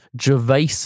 Gervais